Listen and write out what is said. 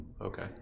Okay